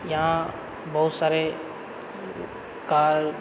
यहाँ बहुत सारे कार